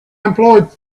employed